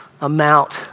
amount